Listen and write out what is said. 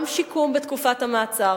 גם שיקום בתקופת המעצר